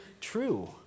true